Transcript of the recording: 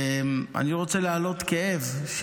אני רוצה להעלות כאב.